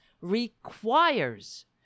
requires